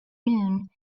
noon